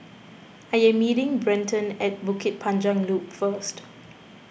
I am meeting Brenton at Bukit Panjang Loop first